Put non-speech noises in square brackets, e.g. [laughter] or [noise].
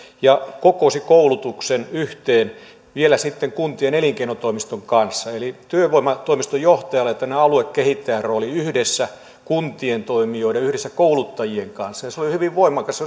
ja kokosi koulutuksen yhteen vielä sitten kuntien elinkeinotoimistojen kanssa eli työvoimatoimiston johtajalla oli tällainen aluekehittäjän rooli yhdessä kuntien toimijoiden ja yhdessä kouluttajien kanssa se oli hyvin voimakas [unintelligible]